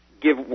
give